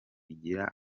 igira